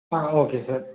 ah okay sir